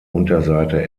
unterseite